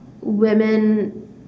women